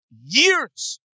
years